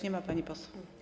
Nie ma pani poseł.